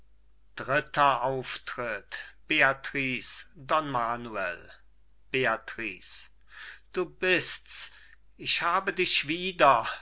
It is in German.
dritter auftritt beatrice don manuel beatrice du bist's ich habe dich wieder grausamer